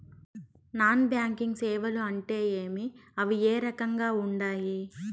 non banking సేవలు అంటే ఏమి అవి ఏ రకంగా ఉండాయి